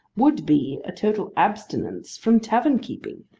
would be, a total abstinence from tavern-keeping.